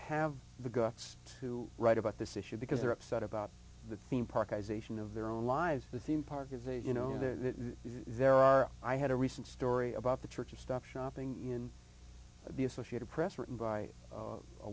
have the guts to write about this issue because they're upset about the theme park isolation of their own lives the theme park is they you know that there are i had a recent story about the church of stop shopping in the associated press written by a